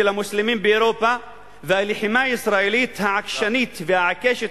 המוסלמים באירופה והלחימה הישראלית העקשנית והעיקשת